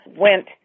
went